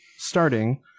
Starting